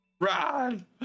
Run